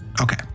Okay